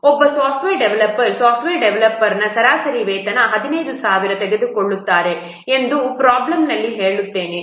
ಒಬ್ಬ software developer software ಡೆವಲಪರ್ನ ಸರಾಸರಿ ವೇತನವನ್ನು 15000 ತೆಗೆದುಕೊಳ್ಳುತ್ತಾರೆ ಎಂದು ನಾನು ಪ್ರಾಬ್ಲಮ್ನಲ್ಲಿ ಹೇಳುತ್ತೇನೆ ಎಷ್ಟು